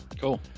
Cool